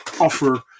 offer